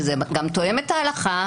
וזה גם תואם את ההלכה,